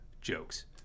jokes